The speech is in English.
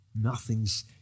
Nothing's